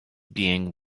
being